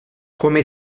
come